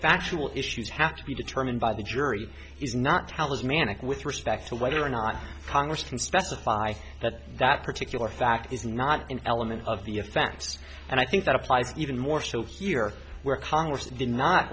factual issues have to be determined by the jury is not talismanic with respect to whether or not congress can specify that that particular fact is not an element of the offense and i think that applies even more so here where congress did not